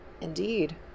Indeed